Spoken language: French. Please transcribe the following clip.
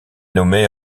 nommé